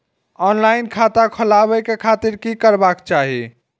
Online खाता खोलाबे के खातिर कि करबाक चाही?